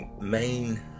main